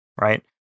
right